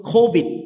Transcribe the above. Covid